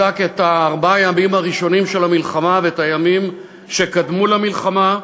בדק את ארבעת הימים הראשונים של המלחמה ואת הימים שקדמו למלחמה,